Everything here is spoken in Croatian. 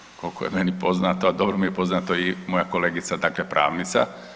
Vi ste, koliko je meni poznato, a dobro mi je poznato i moja kolegica, dakle pravnica.